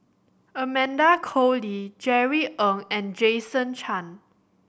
Amanda Koe Lee Jerry Ng and Jason Chan